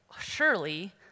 surely